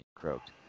croaked